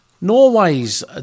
norway's